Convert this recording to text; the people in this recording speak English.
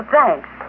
Thanks